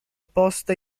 posta